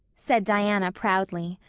said diana proudly.